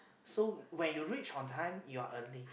so when you reach on time you are early